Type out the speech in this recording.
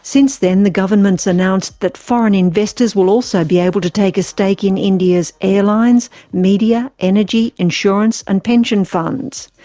since then, the government's announced that foreign investors will also be able to take a stake in india's airlines, media, energy, insurance and pension funds.